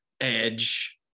Edge